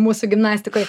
mūsų gimnastikoj